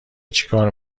چیکار